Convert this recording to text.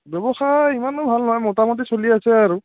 ব্যৱসায় ইমানো ভাল নহয় মোটামুটি চলি আছে আৰু